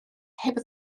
heb